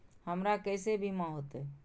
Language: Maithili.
हमरा केसे बीमा होते?